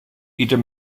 ieder